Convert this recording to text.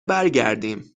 برگردیم